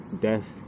death